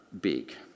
big